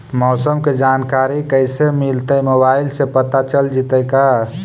मौसम के जानकारी कैसे मिलतै मोबाईल से पता चल जितै का?